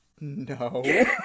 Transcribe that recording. No